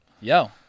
yo